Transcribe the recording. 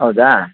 ಹೌದಾ